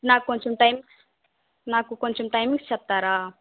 నాకు కొంచెం టైం నాకు కొంచెం టైమింగ్స్ చెప్తారా